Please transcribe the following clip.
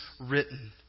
written